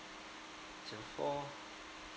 zero four